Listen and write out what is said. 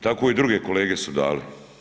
Tako i drugi kolege su dali.